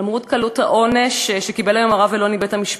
למרות העונש הקל שקיבל היום הרב אלון מבית-המשפט,